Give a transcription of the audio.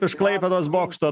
iš klaipėdos bokšto